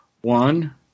One